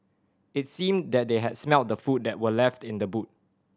it seemed that they had smelt the food that were left in the boot